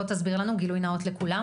בוא תסביר גילוי נאות לכולם.